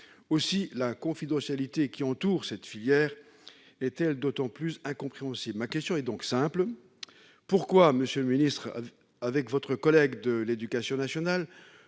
Aussi la confidentialité entourant cette filière est-elle d'autant plus incompréhensible. Ma question est donc simple : pourquoi, avec votre collègue de l'éducation nationale,